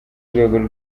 rwego